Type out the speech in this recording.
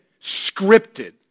scripted